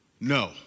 No